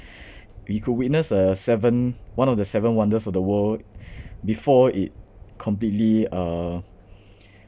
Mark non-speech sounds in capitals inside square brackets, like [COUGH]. [BREATH] we could witness a seven one of the seven wonders of the world [BREATH] before it completely uh